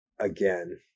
again